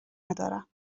ندارم